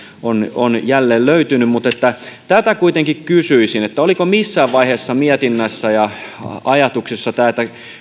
on on jälleen löytynyt mutta tätä kuitenkin kysyisin oliko missään vaiheessa mietinnässä ja ajatuksissa että